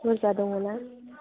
बुरजा दङ ना